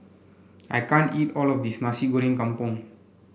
I can't eat all of this Nasi Goreng Kampung